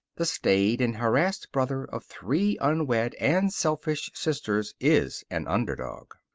the staid and harassed brother of three unwed and selfish sisters is an underdog.